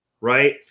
right